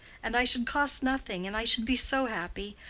and i should cost nothing, and i should be so happy.